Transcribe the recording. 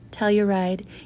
Telluride